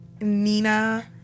Nina